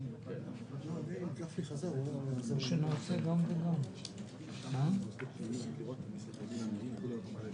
אני מבקש שתמצאו דרך לפתור את זה.